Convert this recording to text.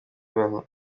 ibaho